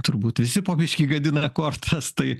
turbūt visi po biškį gadina kortas tai